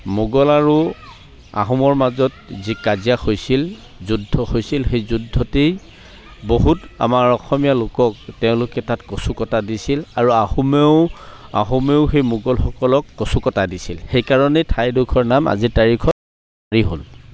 মোগল আৰু আহোমৰ মাজত যি কাজিয়া হৈছিল যুদ্ধ হৈছিল সেই যুদ্ধতেই বহুত আমাৰ অসমীয়া লোকক তেওঁলোকে তাত কচুকটা দিছিল আৰু আহোমেও আহোমেও সেই মোগলসকলক কচুকটা দিছিল সেইকাৰণেই ঠাইডোখৰ নাম আজিৰ তাৰিখত হ'ল